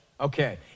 Okay